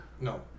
no